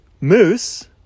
Moose